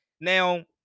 now